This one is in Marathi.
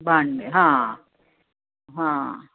भांडे हां हां